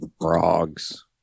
frogs